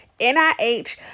NIH